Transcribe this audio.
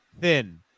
thin